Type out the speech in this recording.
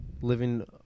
living